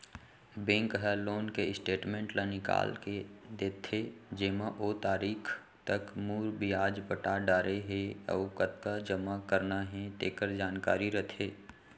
bank ह loan के statement ल निकाल के देथे जेमा ओ तारीख तक मूर, बियाज पटा डारे हे अउ कतका जमा करना हे तेकर जानकारी रथे